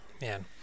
man